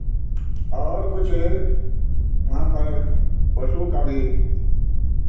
और कुछ वहाँ पर पशुओं का भी